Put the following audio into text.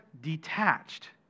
detached